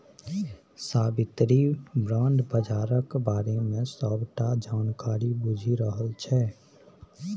साबित्री bond बजारक बारे मे सबटा जानकारी बुझि रहल छै